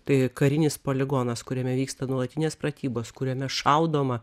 tai karinis poligonas kuriame vyksta nuolatinės pratybos kuriame šaudoma